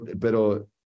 pero